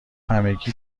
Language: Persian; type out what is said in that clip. همگی